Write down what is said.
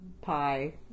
pie